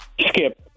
Skip